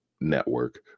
network